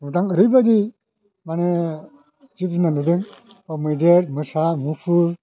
मोन्दां ओरैबायदि माने जिब जुनार नुदों बा मैदेर मोसा मुफुर